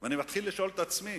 אני מתחיל לשאול את עצמי,